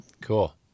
Cool